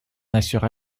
assura